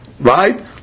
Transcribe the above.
Right